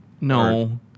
no